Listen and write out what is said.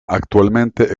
actualmente